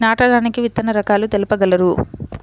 నాటడానికి విత్తన రకాలు తెలుపగలరు?